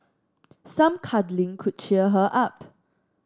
some cuddling could cheer her up